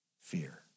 Fear